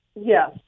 Yes